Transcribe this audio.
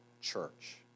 church